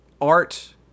art